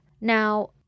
Now